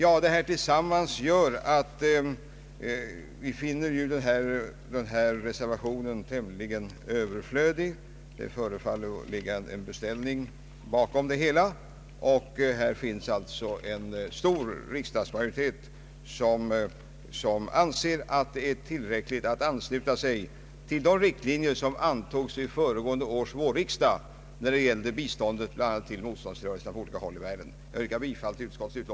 Allt detta gör att vi finner denna reservation tämligen överflödig. Det förefaller ligga en beställning bakom det hela. Det finns alltså en stor riksdagsmajoritet som ansluter sig till de riktlinjer som antogs vid föregående års vårriksdag när det gäller biståndet till motståndsrörelserna det här är fråga om.